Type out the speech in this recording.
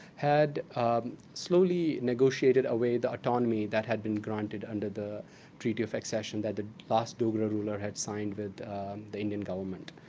had slowly negotiated away the autonomy that had been granted under the treaty of accession that the last dogra ruler had signed with the indian government,